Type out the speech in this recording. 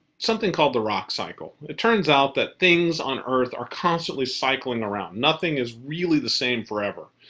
something called the rock cycle. it turns out that things on earth are constantly cycling around. nothing is really the same forever.